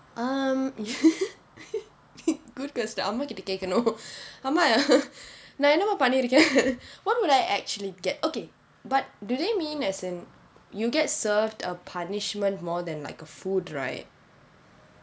um good question அம்மாகிட்ட கேக்கணும் அம்மா நான் என்னமா பனிருக்கிறேன்:ammakitta kaetkanum amma naan ennamaa panirukiren what would I actually get okay but do they mean as in you'll get served a punishment more than like a food right